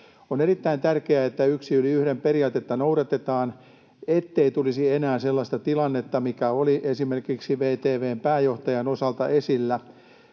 On erittäin tärkeää, että yksi yli yhden ‑periaatetta noudatetaan, ettei tulisi enää sellaista tilannetta, mikä oli esimerkiksi VTV:n pääjohtajan osalta esillä.